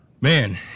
Man